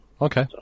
Okay